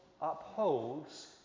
upholds